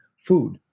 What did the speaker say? food